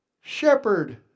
shepherd